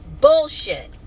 bullshit